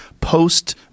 post